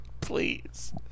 please